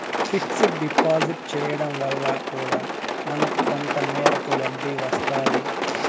fixed deposit చేయడం వల్ల కూడా మనకు కొంత మేరకు వడ్డీ వస్తాది